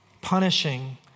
punishing